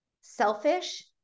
selfish